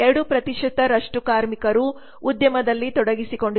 2 ಕಾರ್ಮಿಕರು ಉದ್ಯಮದಲ್ಲಿ ತೊಡಗಿಸಿಕೊಂಡಿದ್ದಾರೆ